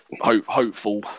hopeful